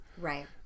Right